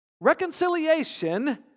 Reconciliation